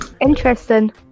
Interesting